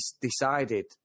decided